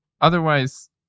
otherwise